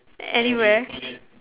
anywhere